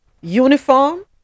Uniform